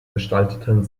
gestalteten